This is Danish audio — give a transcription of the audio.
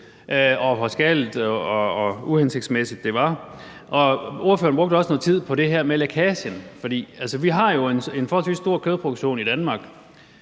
og hvor skadeligt og uhensigtsmæssigt det var. Og ordføreren brugte også noget tid på det her med lækagen. Altså, vi har jo en forholdsvis stor kødproduktion i Danmark,